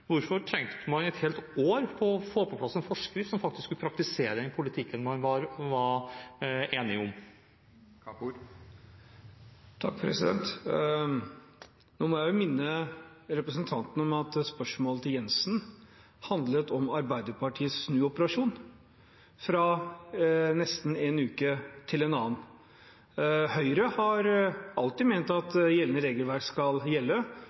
Hvorfor trengte man et helt år på å få på plass en forskrift for faktisk å praktisere den politikken man var enig om? Nå må jeg minne representanten om at spørsmålet til representanten Jenssen handlet om Arbeiderpartiets snuoperasjon – nesten fra en uke til en annen. Høyre har alltid ment at gjeldende regelverk skal gjelde,